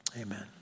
amen